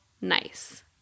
nice